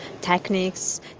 techniques